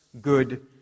good